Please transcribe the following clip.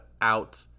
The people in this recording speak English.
out